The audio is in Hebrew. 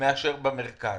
מאשר במרכז.